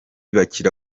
bakira